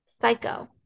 Psycho